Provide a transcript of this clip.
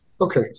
Okay